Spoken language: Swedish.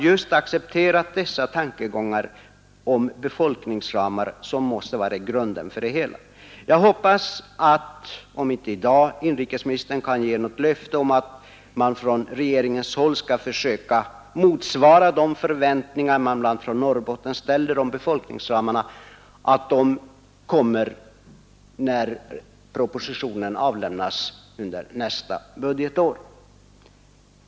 Jag hoppas att inrikesministern kan ge något löfte om att man från regeringens sida skall försöka motsvara de förväntningar som från Norrbotten ställs om befolkningsramar när propositionen avlämnas under nästa budgetår.